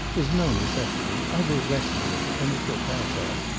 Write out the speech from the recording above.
there's no necessity. i will rest a little, and it will pass off.